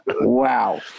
Wow